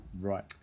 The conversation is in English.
Right